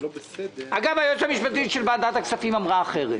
אגב, היועצת המשפטית לוועדת הכספים אמרה אחרת.